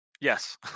Yes